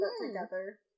together